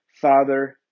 Father